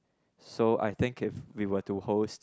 so I think if we were to host